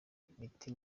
imiti